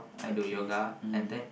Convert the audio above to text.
okay mm